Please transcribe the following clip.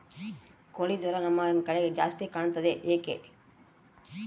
ಕೋಳಿ ಜ್ವರ ನಮ್ಮ ಕಡೆ ಜಾಸ್ತಿ ಕಾಣುತ್ತದೆ ಏಕೆ?